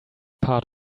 part